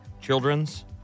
children's